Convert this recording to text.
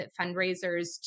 fundraisers